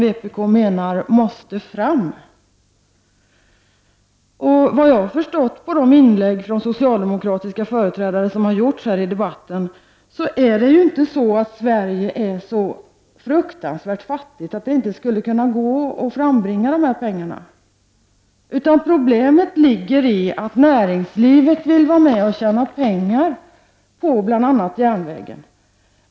Såvitt jag förstår, efter att ha tagit del av de socialdemokratiska inläggen i den här debatten, är Sve rige inte så fruktansvärt fattigt att det inte skulle gå att frambringa de här pengarna. Problemet är i stället att näringslivet vill vara med och tjäna pengar på bl.a. järnvägen.